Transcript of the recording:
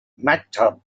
maktub